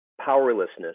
powerlessness